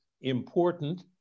important